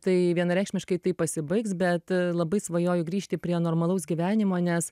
tai vienareikšmiškai tai pasibaigs bet labai svajoju grįžti prie normalaus gyvenimo nes